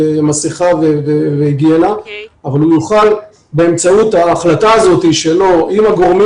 מסכה והיגיינה אבל הוא יוכל באמצעות ההחלטה הזאת שלו עם הגורמים